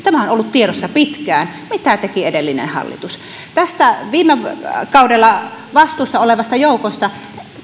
tämä on ollut tiedossa pitkään mitä teki edellinen hallitus viime kaudella vastuussa olleesta joukosta